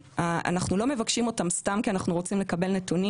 אנחנו לא מבקשים את הנתונים סתם כי אנחנו רוצים לקבל נתונים.